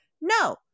no